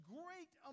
great